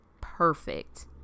perfect